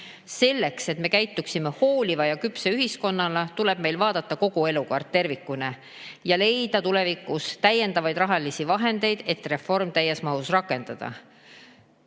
Selleks, et me käituksime hooliva ja küpse ühiskonnana, tuleb meil vaadata kogu elukaart tervikuna ja leida tulevikus täiendavaid rahalisi vahendeid, et reform täies mahus rakendada.